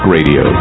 Radio